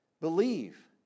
Believe